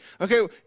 Okay